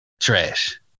Trash